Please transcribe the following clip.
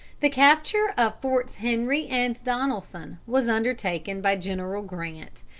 the capture of forts henry and donelson was undertaken by general grant,